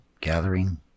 gathering